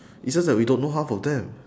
it's just that we don't know half of them